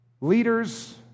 leaders